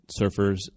surfers